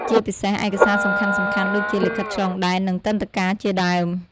ជាពិសេសឯកសារសំខាន់ៗដូចជា លិខិតឆ្លងដែន និងទិដ្ឋាការជាដើម។